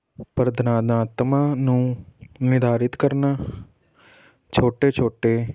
ਪਰਦਨਾ ਨਾਤਮਾ ਨੂੰ ਨਿਰਧਾਰਿਤ ਕਰਨਾ ਛੋਟੇ ਛੋਟੇ